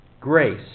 grace